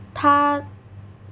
他